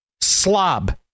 slob